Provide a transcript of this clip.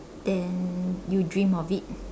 then you dream of it